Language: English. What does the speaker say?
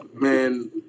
Man